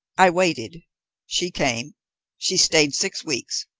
i waited she came she stayed six weeks.